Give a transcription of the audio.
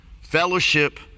fellowship